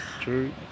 True